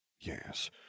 Yes